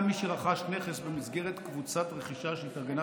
גם מי שרכש נכס במסגרת קבוצת רכישה שהתארגנה